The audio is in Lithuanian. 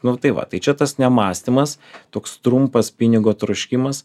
nu tai va tai čia tas nemąstymas toks trumpas pinigo troškimas